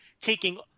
taking